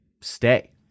stay